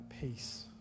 peace